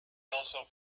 also